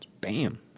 Bam